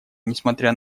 несмотря